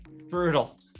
brutal